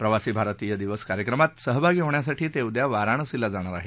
प्रवासी भारतीय दिवस कार्यक्रमात सहभागी होण्यासाठी ते उद्या वाराणसीला जाणार आहेत